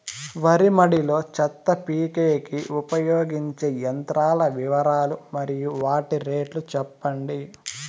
వరి మడి లో చెత్త పీకేకి ఉపయోగించే యంత్రాల వివరాలు మరియు వాటి రేట్లు చెప్పండి?